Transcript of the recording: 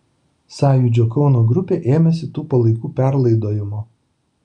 sąjūdžio kauno grupė ėmėsi tų palaikų perlaidojimo